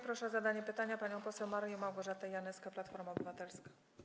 Proszę o zadanie pytania panią poseł Marię Małgorzatę Janyską, Platforma Obywatelska.